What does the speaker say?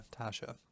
Tasha